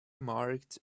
marked